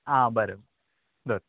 आं बरें दवर